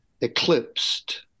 eclipsed